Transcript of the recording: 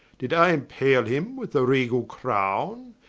did i impale him with the regall crowne?